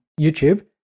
YouTube